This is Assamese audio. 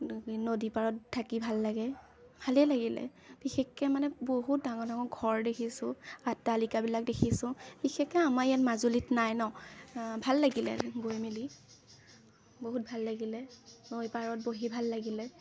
নদী পাৰত থাকি ভাল লাগে ভালেই লাগিলে বিশেষকৈ মানে বহুত ডাঙৰ ডাঙৰ ঘৰ দেখিছোঁ অট্টালিকাবিলাক দেখিছোঁ বিশেষকৈ আমাৰ ইয়াত মাজুলীত নাই ন' আ ভাল লাগিলে গৈ মেলি বহুত ভাল লাগিলে নৈ পাৰত বহি ভাল লাগিলে